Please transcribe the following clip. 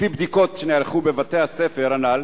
לפי בדיקות שנערכו בבתי-הספר הנ"ל,